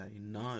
no